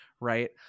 right